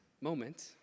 moment